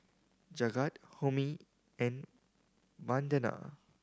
Jagat Homi and Vandana